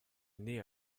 naît